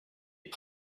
les